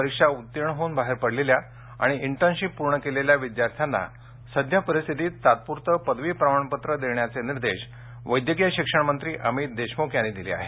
परीक्षा उत्तीर्ण होऊन बाहेर पडलेल्या आणि इंटर्नशिप पूर्ण केलेल्या विद्यार्थ्यांना सद्यःपरिस्थितीत तात्पुरते पदवी प्रमाणपत्र देण्याचे निर्देश वैद्यकीय शिक्षण मंत्री अमित देशमुख यांनी दिले आहेत